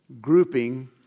grouping